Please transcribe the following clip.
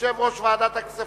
יושב-ראש ועדת הכספים,